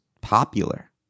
popular